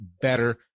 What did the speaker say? better